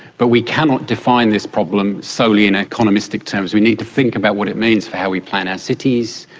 but we cannot define this problem solely in economistic terms, we need to think about what it means for how we plan our cities,